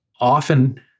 often